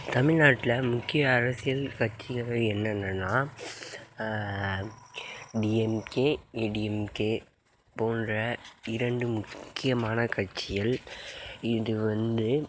தமிழ்நாட்டில் முக்கிய அரசியல் கட்சிகள் என்னென்னனால் டிஎம்கே ஏடிஎம்கே போன்ற இரண்டு முக்கியமான கட்சிகள் இது வந்து